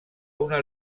una